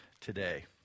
today